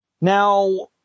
Now